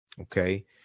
Okay